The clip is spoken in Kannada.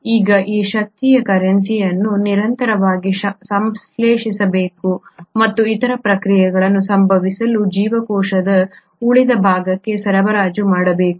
ಈಗ ಈ ಶಕ್ತಿಯ ಕರೆನ್ಸಿ ಅನ್ನು ನಿರಂತರವಾಗಿ ಸಂಶ್ಲೇಷಿಸಬೇಕು ಮತ್ತು ಇತರ ಪ್ರಕ್ರಿಯೆಗಳು ಸಂಭವಿಸಲು ಜೀವಕೋಶದ ಉಳಿದ ಭಾಗಕ್ಕೆ ಸರಬರಾಜು ಮಾಡಬೇಕು